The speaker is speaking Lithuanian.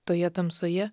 toje tamsoje